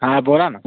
हा बोला ना